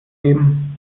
geben